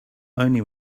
only